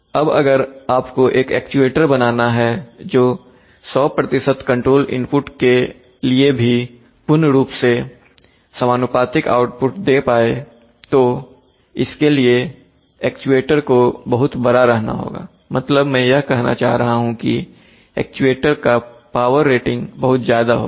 अब अगर आपको एक एक्चुएटर बनाना है जो 100 कंट्रोल इनपुट के लिए भी पूर्ण रूप से समानुपातिक आउटपुट दे पाए तो इसके लिए एक्चुएटर को बहुत बड़ा रहना होगा मतलब मैं यह कहना चाह रहा हूं कि एक्चुएटर का पावर रेटिंग बहुत ज्यादा होगा